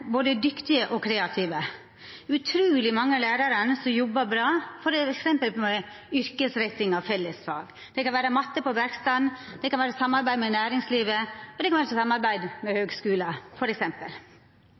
både dyktige og kreative. Det er utruleg mange lærarar som jobbar bra, f.eks. med yrkesretting av fellesfag – det kan vera matte på verkstaden, det kan vera samarbeid med næringslivet, og det kan vera samarbeid med